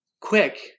quick